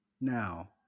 Now